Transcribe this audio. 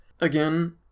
Again